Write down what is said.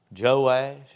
Joash